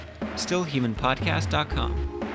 stillhumanpodcast.com